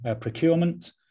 procurement